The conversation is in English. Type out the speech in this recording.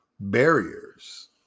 barriers